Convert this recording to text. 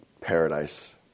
paradise